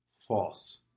False